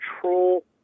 control